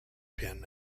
pin